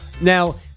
Now